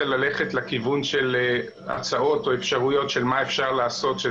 ללכת לכיוון של הצעות או אפשרויות של מה שאפשר לעשות,